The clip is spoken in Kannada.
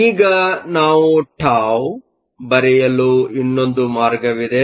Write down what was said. ಈಗ ನಾವು ಟೌτ ಬರೆಯಲು ಇನ್ನೊಂದು ಮಾರ್ಗವಿದೆ